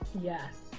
Yes